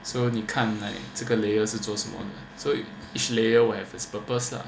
so 你看 like 这个 layer 是做什么的所以 each layer will have its purpose lah